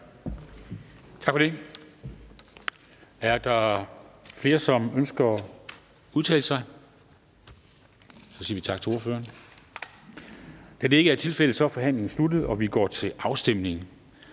Tak for det. Er der flere, som ønsker at udtale sig? Da det ikke er tilfældet, er forhandlingen sluttet, og vi går til afstemning.